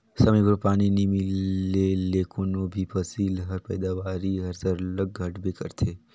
समे उपर पानी नी मिले ले कोनो भी फसिल कर पएदावारी हर सरलग घटबे करथे